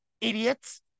Idiots